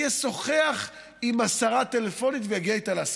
אני אשוחח עם השרה טלפונית ואגיע איתה להסכמות.